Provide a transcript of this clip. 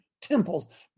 temples